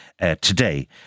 today